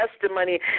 testimony